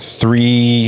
three